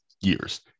years